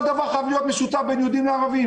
דבר חייב להיות משותף בין יהודים לערבים,